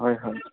হয় হয়